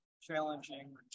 challenging